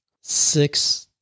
Six